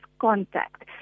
contact